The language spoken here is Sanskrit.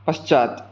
पश्चात्